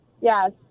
Yes